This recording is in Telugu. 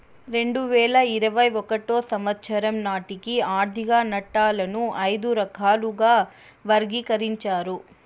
రెండు వేల ఇరవై ఒకటో సంవచ్చరం నాటికి ఆర్థిక నట్టాలను ఐదు రకాలుగా వర్గీకరించారు